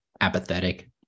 apathetic